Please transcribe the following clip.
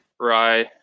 Rye